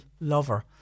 lover